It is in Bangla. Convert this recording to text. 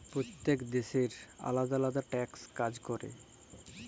প্যইত্তেক দ্যাশের আলেদা আলেদা ট্যাক্সের কাজ ক্যরে